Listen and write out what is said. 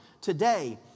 today